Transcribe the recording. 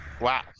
Wow